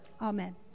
Amen